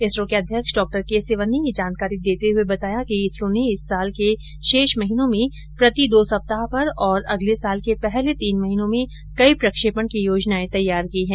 इसरो के अध्यक्ष डॉ केसिवन ने ये जानकारी देते हुए बताया कि इसरो ने इस वर्ष के शेष महीनों में प्रति दो सप्ताह पर और अगले वर्ष के पहले तीन महीनों में कई प्रक्षेपण की योजनाएं तैयार की है